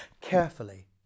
Carefully